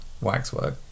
waxwork